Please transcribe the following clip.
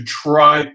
try